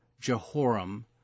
Jehoram